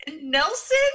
Nelson